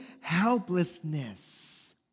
helplessness